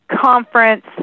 conference